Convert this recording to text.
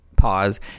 pause